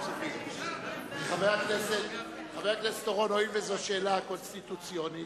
חבר הכנסת אורון, הואיל וזאת שאלה קונסטיטוציונית,